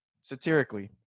satirically